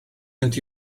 mynd